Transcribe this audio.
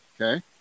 Okay